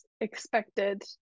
expected